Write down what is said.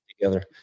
together